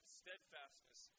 steadfastness